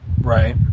Right